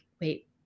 wait